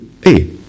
Hey